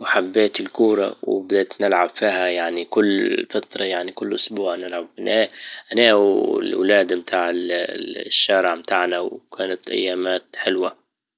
وحبيت الكورة وبدايت نلعب فيها يعني كل فتره يعني كل اسبوع نلعب نا- انا والولاد متاع الـ- الشارع بتاعنا وكانت ايامات حلوة